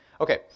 Okay